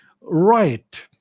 Right